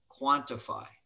quantify